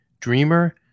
dreamer